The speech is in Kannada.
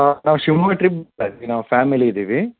ನಾವು ಶಿವಮೊಗ್ಗ ಟ್ರಿಪ್ ಹೋಗ್ತಾ ಇದ್ವಿ ನಾವು ಫ್ಯಾಮಿಲಿ ಇದ್ದೀವಿ